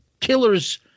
killers